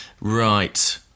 Right